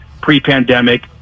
pre-pandemic